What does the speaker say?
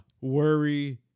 worry